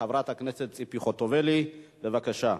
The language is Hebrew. חברת הכנסת ציפי חוטובלי, בבקשה.